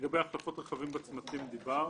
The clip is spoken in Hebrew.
--- לגבי החלפות רכבים בצמתים, דיברנו.